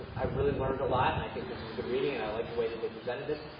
i really learned a lot, and i think this was a good reading, and i like the way that they presented this.